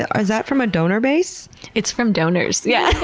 ah is that from a donor base? it's from donors, yeah.